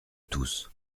tous